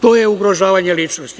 To je ugrožavanje ličnosti.